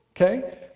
Okay